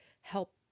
help